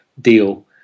deal